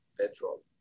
petrol